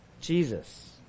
Jesus